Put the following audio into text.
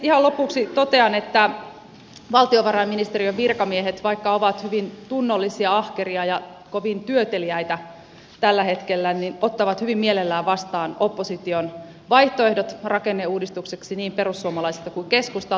ihan lopuksi totean että valtiovarainministeriön virkamiehet vaikka ovat hyvin tunnollisia ahkeria ja kovin työteliäitä tällä hetkellä ottavat hyvin mielellään vastaan opposition vaihtoehdot rakenneuudistukseksi niin perussuomalaisilta kuin keskustalta